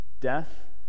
death